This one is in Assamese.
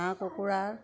হাঁহ কুকুৰা